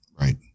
Right